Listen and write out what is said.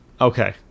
Okay